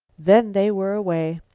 then they were away.